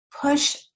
push